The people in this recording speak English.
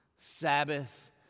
Sabbath